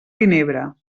vinebre